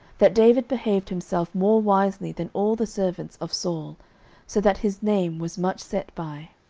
that david behaved himself more wisely than all the servants of saul so that his name was much set by.